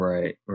Right